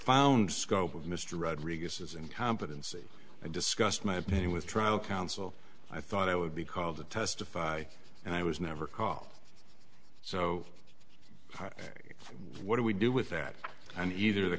found scope of mr rodriguez and competency i discussed my opinion with trial counsel i thought i would be called to testify and i was never caught so what do we do with that and either the